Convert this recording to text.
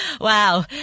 Wow